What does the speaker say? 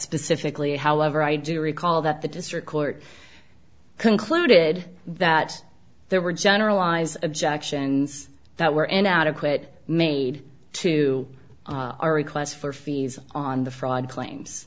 specifically however i do recall that the district court concluded that there were generalized objections that were inadequate made to our requests for fees on the fraud claims